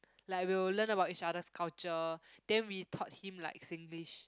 like we'll learn about each other's culture then we taught him like Singlish